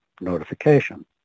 notification